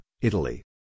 Italy